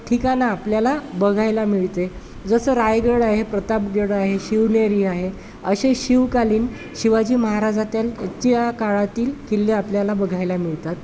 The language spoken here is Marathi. ठिकाणं आपल्याला बघायला मिळते जसं रायगड आहे प्रतापगड आहे शिवनेरी आहे असे शिवकालीन शिवाजी महाराजात्याल त्या काळातील किल्ले आपल्याला बघायला मिळतात